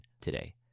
today